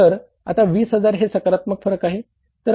तर आता 20000 हे सकारात्मक फरक आहे